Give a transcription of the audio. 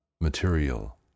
material